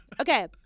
Okay